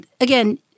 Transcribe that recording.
again